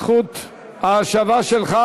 זכות ההשבה שלך.